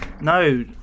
No